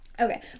Okay